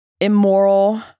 immoral